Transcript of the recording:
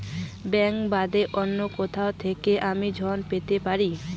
Bank বাদে অন্য কোথা থেকে আমি ঋন পেতে পারি?